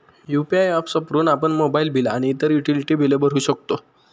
UPI apps वापरून आपण mobile bill आणि इतर युटिलिटी बिले भरू शकतो